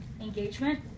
engagement